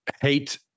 hate